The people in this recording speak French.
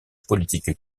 politique